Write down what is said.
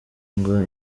ngo